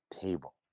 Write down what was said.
table